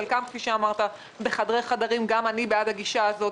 חלקן כפי שאמרת בחדרי חדרים גם אני בעד הגישה הזאת